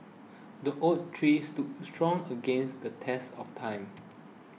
the oak tree stood strong against the test of time